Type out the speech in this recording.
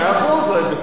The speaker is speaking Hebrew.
בסדר גמור,